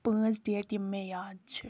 پانٛژھ ڈیٹ یِم مےٚ یاد چھ